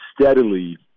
steadily